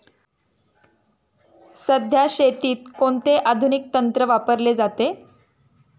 सध्या शेतीत कोणते आधुनिक तंत्र वापरले जाते?